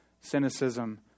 cynicism